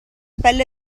pelle